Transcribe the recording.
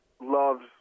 loves